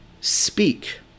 speak